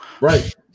right